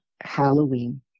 Halloween